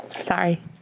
Sorry